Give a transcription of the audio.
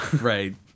right